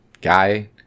guy